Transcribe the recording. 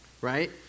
right